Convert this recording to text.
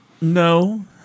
No